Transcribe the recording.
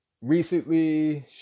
Recently